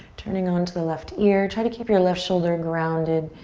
turning onto the left ear. try to keep your left shoulder grounded.